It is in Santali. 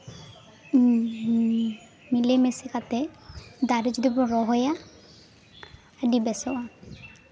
ᱢᱤᱞᱮᱢᱮᱥᱟ ᱠᱟᱛᱮ ᱫᱟᱨᱮ ᱡᱩᱫᱤ ᱵᱚᱱ ᱨᱚᱦᱚᱭᱟ ᱟᱹᱰᱤ ᱵᱮᱥᱚᱜᱼᱟ